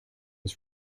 was